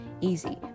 easy